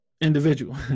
individual